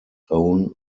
own